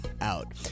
out